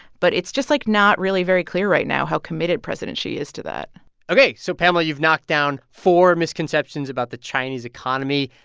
but it's just, like, not really very clear right now how committed president xi is to that ok. so pamela, you've knocked down four misconceptions about the chinese economy.